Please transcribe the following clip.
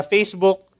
Facebook